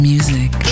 Music